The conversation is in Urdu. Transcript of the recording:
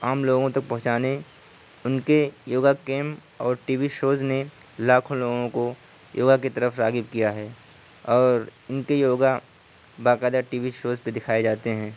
عام لوگوں تک پہنچانے ان کے یوگا کیمپ اور ٹی وی شوز نے لاکھوں لوگوں کو یوگا کی طرف راغب کیا ہے اور ان کے یوگا باقاعدہ ٹی وی شوز پہ دکھائے جاتے ہیں